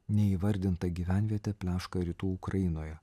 neįvardinta gyvenvietė pleška rytų ukrainoje